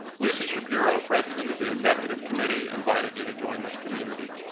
lucy shapiro, president of the executive committee, invited you to join this community.